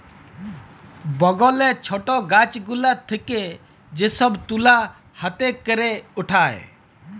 বগলে ছট গাছ গুলা থেক্যে যে সব তুলা হাতে ক্যরে উঠায়